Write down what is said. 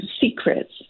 secrets